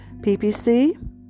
PPC